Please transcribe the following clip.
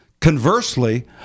Conversely